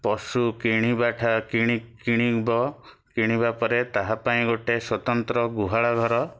ପଶୁ କିଣିବ କିଣିବା ପରେ ତାହାପାଇଁ ଗୋଟେ ସ୍ୱତନ୍ତ୍ର ଗୋଟେ ଗୁହାଳ ଘର